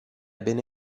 bene